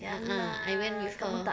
a'ah I went with her